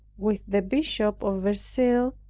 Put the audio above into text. with the bishop of verceil,